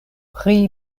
pri